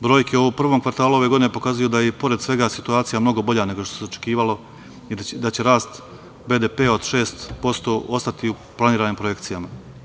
Brojke u ovom prvom kvartalu ove godine pokazuju da je i pored svega situacija mnogo bolja nego što se očekivalo i da će rast BDP od 6% ostati u planiranim projekcijama.